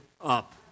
up